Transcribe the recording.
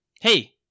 Hey